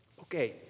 Okay